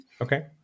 Okay